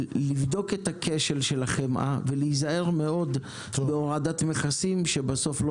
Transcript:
לבדוק את הכשל של החמאה ולהיזהר מאוד בהורדת מכסים שבסוף לא